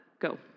Go